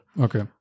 Okay